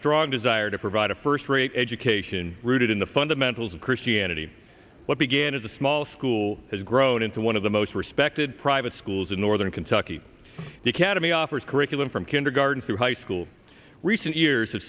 strong desire to provide a first rate education rooted in the fundamentals of christianity what began as a small school has grown into one of the most respected private schools in northern kentucky the cademy offers curriculum from kindergarten through high school recent years have